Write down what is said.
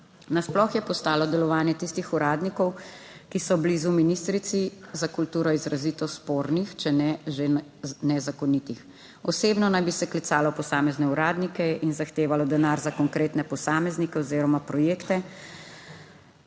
Nasploh je postalo delovanje tistih uradnikov, ki so blizu ministrici za kulturo, izrazito spornih, če ne že nezakonitih. Osebno naj bi se klicalo posamezne uradnike in zahtevalo denar za konkretne posameznike oziroma projekte.